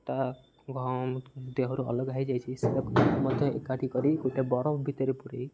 ତା ଦେହରୁ ଅଲଗା ହୋଇଯାଇଛି ସେ ମଧ୍ୟ ଏକାଠି କରି ଗୋଟେ ବରଫ ଭିତରେ ପୁରେଇ